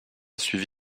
suivi